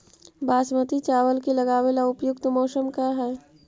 बासमती चावल के लगावे ला उपयुक्त मौसम का है?